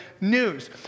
news